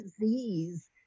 disease